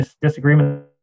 disagreement